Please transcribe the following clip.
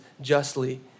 justly